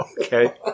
Okay